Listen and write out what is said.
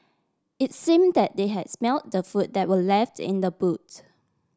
it's seem that they has smelt the food that were left in the boot